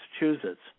Massachusetts